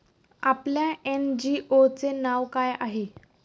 आपल्या एन.जी.ओ चे नाव काय आहे?